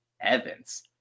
Evans